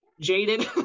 jaded